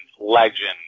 legend